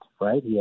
right